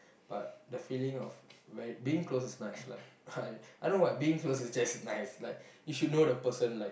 but the feeling of ver~ being close is nice like I don't know what being close in just nice like you should know the person like